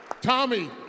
Tommy